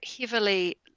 heavily